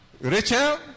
Rachel